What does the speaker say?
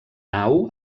nau